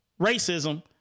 racism